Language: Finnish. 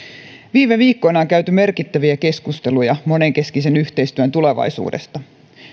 viime viikkoina on käyty merkittäviä keskusteluja monenkeskisen yhteistyön tulevaisuudesta